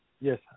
Yes